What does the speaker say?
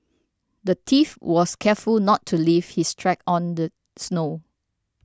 the thief was careful not to leave his tracks on the snow